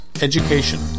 education